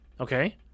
Okay